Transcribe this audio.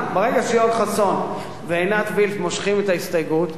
ברגע שיואל חסון ועינת וילף מושכים את הרוויזיה,